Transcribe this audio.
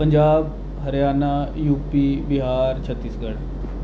Punjab Haryana UP Bihar Chhattisgarh